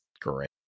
great